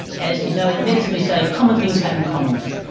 as you know, in medicine we say common things happen commonly,